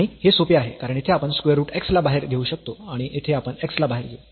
आणि हे सोपे आहे कारण येथे आपण स्क्वेअर रूट x ला बाहेर घेऊ शकतो आणि येथे आपण x ला बाहेर घेऊ